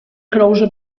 krąży